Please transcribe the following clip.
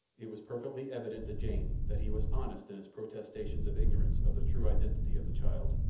it was perfectly evident to jane that he was honest in his protestations of ignorance of the true identity of the child.